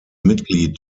mitglied